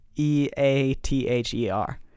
e-a-t-h-e-r